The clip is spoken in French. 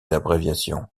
abréviations